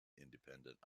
independent